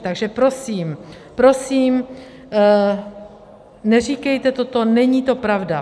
Takže prosím, prosím, neříkejte toto, není to pravda.